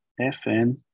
FN